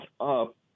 up